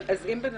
אם זה בנפשך,